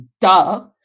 duh